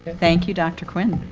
thank you, dr. quinn.